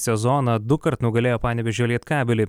sezoną dukart nugalėjo panevėžio lietkabelį